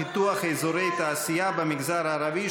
9963: פיתוח אזורי תעשייה במגזר הערבי,